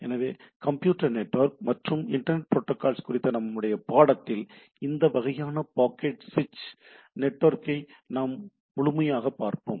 எனவே computer network மற்றும் internet protocols குறித்த நம்முடைய பாடத்தில் இந்த வகையான பாக்கெட் சுவிட்ச் நெட்வொர்க்கை நாம் முதன்மையாகப் பார்ப்போம்